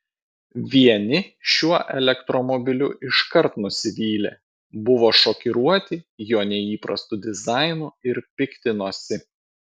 vieni šiuo elektromobiliu iškart nusivylė buvo šokiruoti jo neįprastu dizainu ir piktinosi